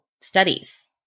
studies